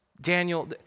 Daniel